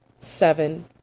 seven